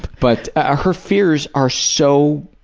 but ah her fears are so,